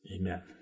Amen